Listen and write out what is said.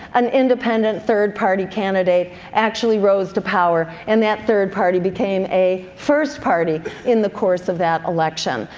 an independent third-party candidate actually rose to power and that third-party became a first party in the course of that election.